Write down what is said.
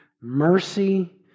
mercy